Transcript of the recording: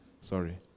Sorry